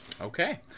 Okay